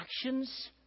actions